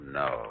no